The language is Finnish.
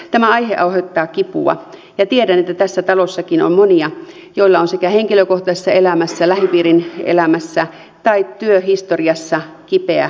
tämä aihe aiheuttaa kipua ja tiedän että tässä talossakin on monia joilla on sekä henkilökohtaisessa elämässä lähipiirin elämässä tai työhistoriassa kipeä asia